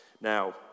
Now